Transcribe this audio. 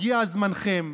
הגיע זמנכם.